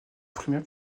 primaire